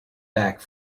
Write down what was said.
back